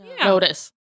notice